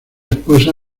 esposa